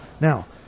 Now